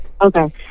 Okay